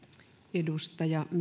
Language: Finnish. arvoisa